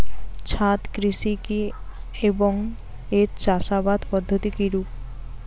ছাদ কৃষি কী এবং এর চাষাবাদ পদ্ধতি কিরূপ?